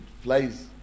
flies